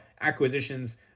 acquisitions